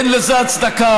אין לזה הצדקה,